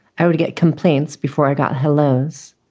i would get complaints before i got hellos.